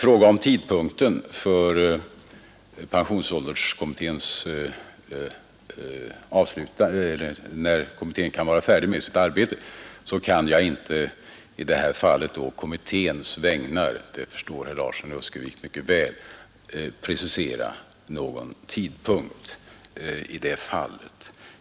När det gäller vid vilken tidpunkt pensionsålderskommittén kan vara färdig med sitt arbete, så har jag inte möjlighet — det förstår herr Larsson i Öskevik mycket väl — att å kommitténs vägnar precisera någon sådan tidpunkt.